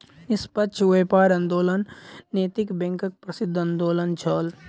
निष्पक्ष व्यापार आंदोलन नैतिक बैंकक प्रसिद्ध आंदोलन छल